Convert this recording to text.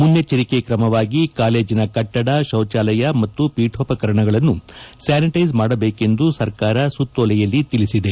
ಮುನ್ನೆಚ್ಚರಿಕೆ ಕ್ರಮವಾಗಿ ಕಾಲೇಜಿನ ಕಟ್ಟಡ ಪೀಠೋಪಕರಣಗಳನ್ನು ಸ್ಥಾನಿಟೈಸ್ ಮಾಡಬೇಕೆಂದು ಸರ್ಕಾರ ಸುತ್ತೋಲೆಯಲ್ಲಿ ತಿಳಿಬದೆ